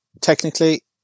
technically